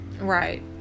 right